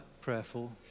prayerful